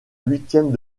huitièmes